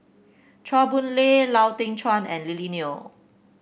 Chua Boon Lay Lau Teng Chuan and Lily Neo